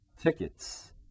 tickets